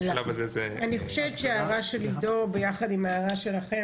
אני חושבת שההערה של עידו יחד עם ההערה שלכם,